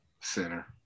Center